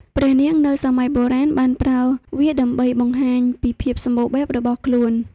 ព្រះនាងនៅសម័យបុរាណបានប្រើវាដើម្បីបង្ហាញពីភាពសម្បូរបែបរបស់ខ្លួន។